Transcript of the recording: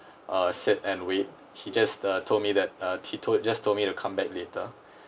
uh sit and wait he just uh told me that uh he told just told me to come back later